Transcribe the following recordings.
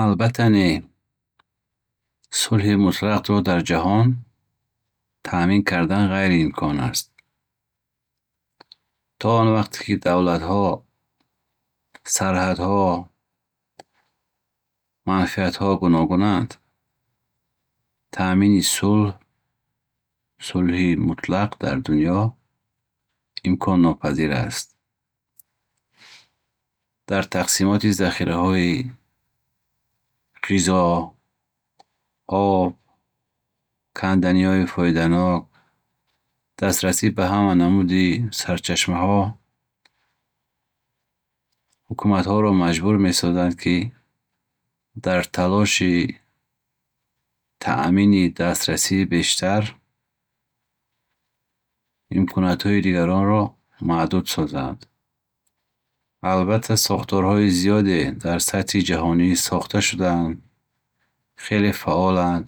Албатта не. Сулҳи мутлақро дар ҷаҳон таъмин кардан ғайриимкон аст. То он вақте, ки давлатҳо, сарҳадҳо, манфиятҳо гуногунанд, таъмини сулҳ, сулҳи мутлақ дар дунё имконнопазир аст. Дар тақсимоти захораҳои ғизо, об, канданиҳои фоиданок, дастрасӣ ба ҳама намуди сарчашмаҳо, ҳукуматҳоро маҷбур месозад, ки дар талоши таъмини дастрасии бештар, имкониятҳои дигаронро маҳдуд созанд. Албатта сохторҳои зиёде дар сатҳи ҷаҳонӣ сохта шудаанд, хеле фаъоланд,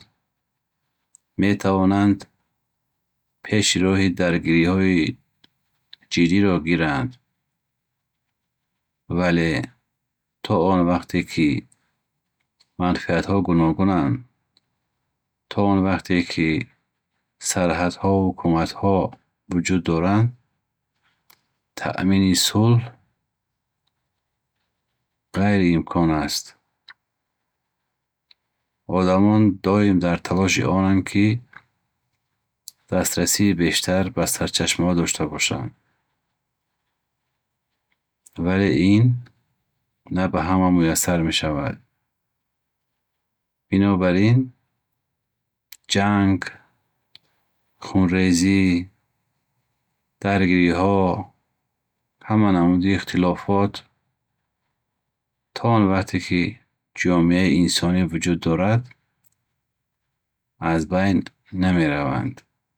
метавонанд пеши роҳи даргириҳои ҷиддиро гиранд. Вале, то он вақте, ки манфиатҳо гуногунанд, то он вақте, ки сарҳадҳо ҳукуматҳо вуҷуд доранд таъмини сулҳ ғайриимкон аст. Одамон доим дар талоши онанд, ки дастрастии бештар ба сарчашмаҳо дошта бошанд. Вале ин, на ба ҳама муяссар мешавад. Бинобар ин, ҷанг, хунрезӣ, даргириҳо, ҳама намуди ихтилофот, то он вақте ки ҷомеаи инсонӣ вуҷуд дорад, аз байн намераванд.